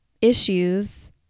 issues